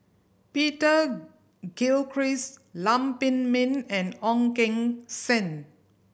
Peter Gilchrist Lam Pin Min and Ong Keng Sen